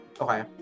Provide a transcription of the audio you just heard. Okay